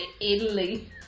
Italy